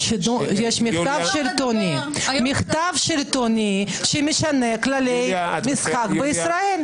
יש מחטף שלטוני שמשנה כללי משחק בישראל.